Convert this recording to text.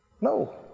No